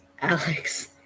Alex